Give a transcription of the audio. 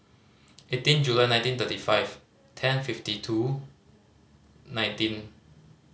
eighteen July nineteen thirty five ten fifty two nineteen